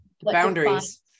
Boundaries